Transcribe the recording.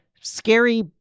scary